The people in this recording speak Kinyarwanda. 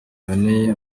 buboneye